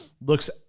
looks